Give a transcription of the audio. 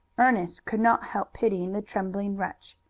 ernest could not help pitying the trembling wretch.